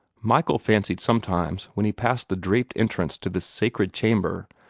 michael fancied sometimes, when he passed the draped entrance to this sacred chamber,